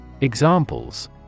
Examples